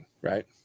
right